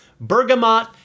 bergamot